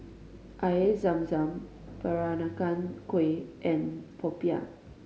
Air Zam Zam Peranakan Kueh and popiah